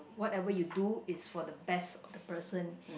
whatever you do is for the best of the person